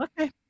Okay